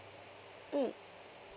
mm